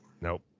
Nope